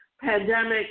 pandemic